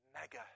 mega